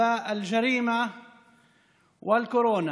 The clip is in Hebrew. וברכותיו.